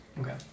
Okay